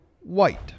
white